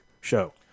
show